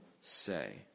say